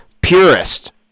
purist